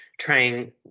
trying